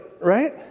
right